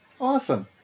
Awesome